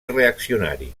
reaccionari